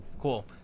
cool